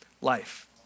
life